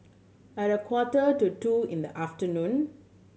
at a quarter to two in the afternoon